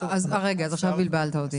אז רגע, אז עכשיו בלבלת אותי.